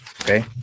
Okay